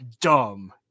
dumb